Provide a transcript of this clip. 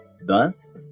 thus